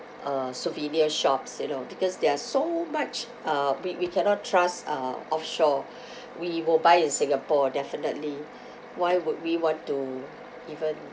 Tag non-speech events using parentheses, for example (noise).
uh souvenir shops you know because there are so much uh we we cannot trust uh offshore (breath) we will buy in singapore definitely (breath) why would we want to even